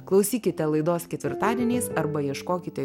klausykite laidos ketvirtadieniais arba ieškokite